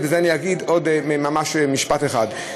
ועל זה אני אגיד עוד ממש משפט אחד,